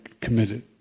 committed